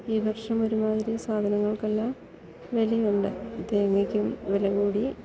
ഈ വർഷം ഒരു മാതിരി സാധനങ്ങൾക്കെല്ലാം വിലയുണ്ട് തേങ്ങക്കും വില കൂടി